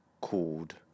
called